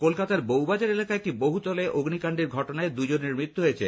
কলকাতার বৌবাজার এলাকার একটি বহুতলে অগ্নিকান্ডের ঘটনায় দুজনের মৃত্যু হয়েছে